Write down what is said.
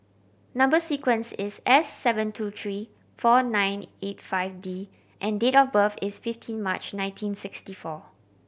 number sequence is S seven two three four nine eight five D and date of birth is fifteen March nineteen sixty four